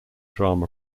drama